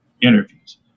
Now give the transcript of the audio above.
interviews